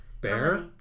Bear